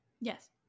Yes